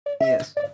yes